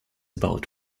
about